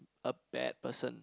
a bad person